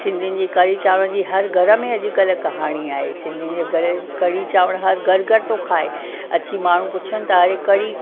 सिंधियुनि जी कढ़ी चांवर जी हर घर में अॼुकल्ह कहाणी आहे सिंधियुनि जे घर जी कढ़ी चांवर हर घरु घरु थो खाए अची माण्हू पुछनि था अड़े कढ़ी